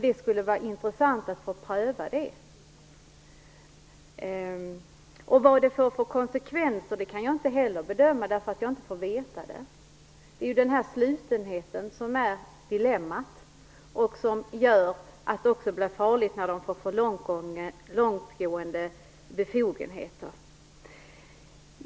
Det skulle vara intressant att få det prövat. Vad det får för konsekvenser kan jag inte heller bedöma eftersom jag inte får veta det. Det är ju den här slutenheten som är dilemmat och som gör att det också blir farligt när man får för långtgående befogenheter.